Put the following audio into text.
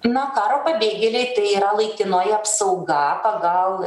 no karo pabėgėliai tai yra laikinoji apsauga pagal